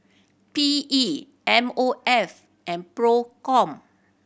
P E M O F and Procom